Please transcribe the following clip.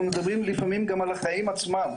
אנחנו מדברים לפעמים גם על החיים עצמם.